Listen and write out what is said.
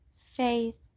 faith